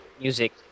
music